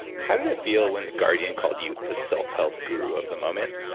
how did it feel when the guardian called you the self-help guru of the moment?